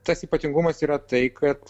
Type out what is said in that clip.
tas ypatingumas yra tai kad